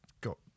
got